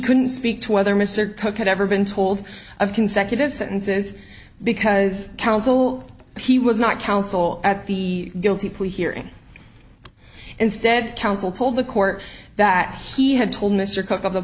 couldn't speak whether mr coke had ever been told of consecutive sentences because counsel he was not counsel at the guilty plea hearing instead counsel told the court that he had told mr cook of the